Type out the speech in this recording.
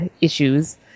issues